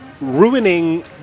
Ruining